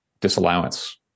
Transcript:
disallowance